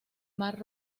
mar